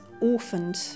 orphaned